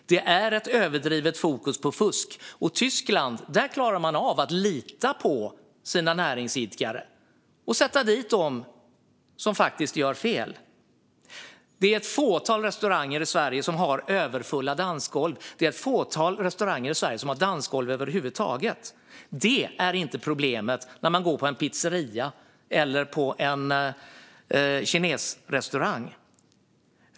Det är ett överdrivet fokus på fusk. I Tyskland klarar man av att lita på sina näringsidkare och sätta dit dem som faktiskt gör fel. Det är ett fåtal restauranger i Sverige som har överfulla dansgolv. Det är ett fåtal restauranger i Sverige som har dansgolv över huvud taget. Det är inte ett problem på en pizzeria eller kinarestaurang.